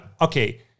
Okay